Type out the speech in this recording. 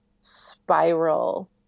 spiral